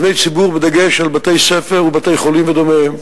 מבני ציבור בדגש על בתי-ספר ובתי-חולים ודומיהם.